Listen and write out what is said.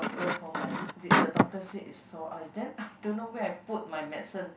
for for my s~ did the doctor say it's sore eyes then I don't know where I put my medicine